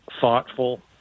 thoughtful